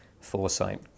foresight